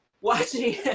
watching